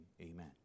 Amen